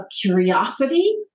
curiosity